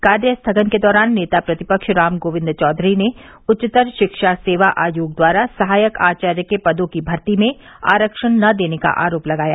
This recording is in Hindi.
कार्य स्थगन के दौरान नेता प्रतिपक्ष राम गोविन्द चौधरी ने उच्चतर शिक्षा सेवा आयोग द्वारा सहायक आचार्य के पदों की भर्ती में आरक्षण न देने का आरोप लगाया